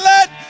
Let